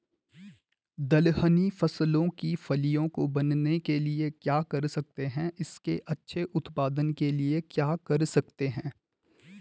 दलहनी फसलों की फलियों को बनने के लिए क्या कर सकते हैं इसके अच्छे उत्पादन के लिए क्या कर सकते हैं?